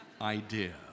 idea